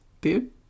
dude